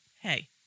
hey